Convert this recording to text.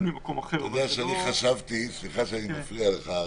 ממקום אחר אבל זה לא --- סליחה שאני מפריע לך.